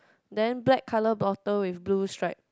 then black colour bottom with blue stripe